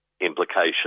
implications